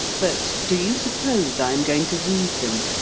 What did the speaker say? but do you suppose i am going to read them?